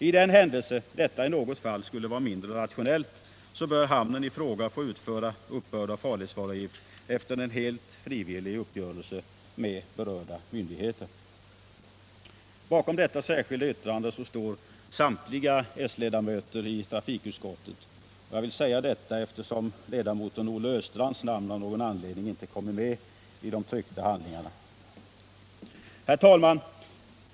I den händelse detta i något fall skulle vara mindre rationellt bör hamnen i fråga få utföra uppbörd av farledsvaruavgift efter en helt frivillig uppgörelse med berörda myndigheter. Bakom detta särskilda yttrande står samtliga s-ledamöter i trafikutskottet. Jag vill säga detta, eftersom ledamoten Olle Östrands namn av någon anledning inte kommit med i de tryckta handlingarna. Herr talman!